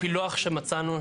הפילוח שמצאנו,